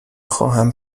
خواهم